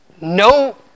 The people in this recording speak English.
no